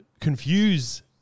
confuse